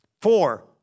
Four